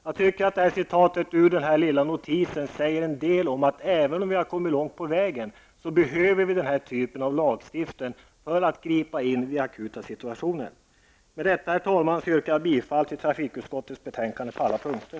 Jag tycker att detta citat säger en del om att vi, även om vi har kommit långt på vägen, behöver den här typen av lagstiftning för att kunna gripa in vid akuta situationer. Med detta, herr talman, yrkar jag bifall till hemställan i trafikutskottets betänkande på alla punkter.